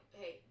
hey